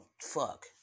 fuck